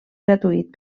gratuït